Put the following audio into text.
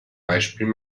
beispiel